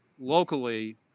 locally